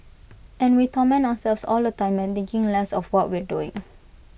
and we torment ourselves all the time by thinking less of what we're doing